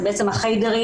זה בעצם החדרים,